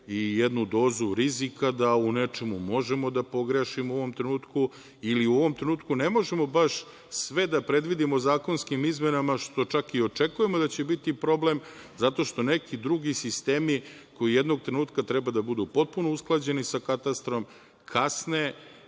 i jednu dozu rizika da u nečemu možemo da pogrešimo u ovom trenutku ili u ovom trenutku ne možemo baš sve da predvidimo zakonskim izmenama, što čak i očekujemo da će biti problem, zato što neki drugi sistemi koji jednog trenutka treba da budu potpuno usklađeni sa katastrom kasne